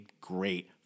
great